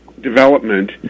development